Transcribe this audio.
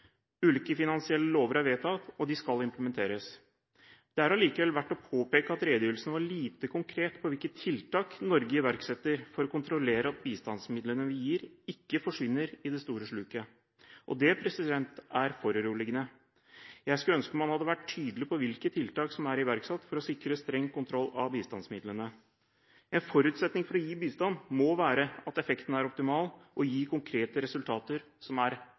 Ulike finansielle lover er vedtatt, og de skal implementeres. Det er likevel verdt å påpeke at redegjørelsen var lite konkret på hvilke tiltak Norge iverksetter for å kontrollere at bistandsmidlene vi gir, ikke forsvinner i det store sluket. Det er foruroligende. Jeg skulle ønske man hadde vært tydelig på hvilke tiltak som er iverksatt for å sikre streng kontroll av bistandsmidlene. En forutsetning for å gi bistand må være at effekten er optimal og gir konkrete resultater som er